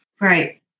Right